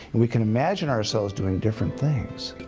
we can imagine ourselves doing different things.